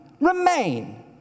remain